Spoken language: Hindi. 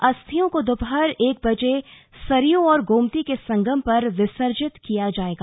अस्थियों को दोपहर एक बजे सरयू और गोमती के संगम पर विसर्जित किया जाएगा